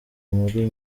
muri